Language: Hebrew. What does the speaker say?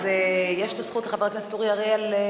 אז יש הזכות לחבר הכנסת אורי אריאל,